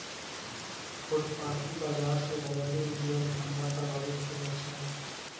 फुटपाटी बाजार से घरेलू उद्योग धंधा प्रभावित होलो छै